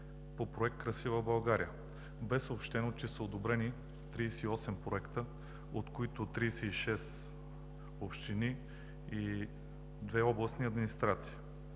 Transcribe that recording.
по Проект „Красива България“. Беше съобщено, че са одобрени 38 проекта, от които 36 общини и две областни администрации.